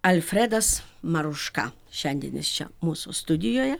alfredas maruška šiandien jis čia mūsų studijoje